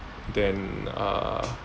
then uh